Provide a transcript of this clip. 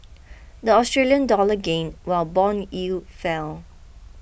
the Australian dollar gained while bond yields fell